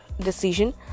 decision